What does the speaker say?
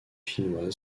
finnoise